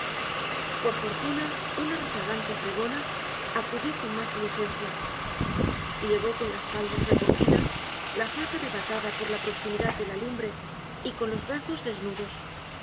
por fortuna una rozagante fregona acudió con más diligencia llegó con las faldas recogidas la faz arrebatada por la proximidad de la lumbre y con los brazos desnudos